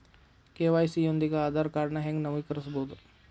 KYC ಯೊಂದಿಗ ಆಧಾರ್ ಕಾರ್ಡ್ನ ಹೆಂಗ ನವೇಕರಿಸಬೋದ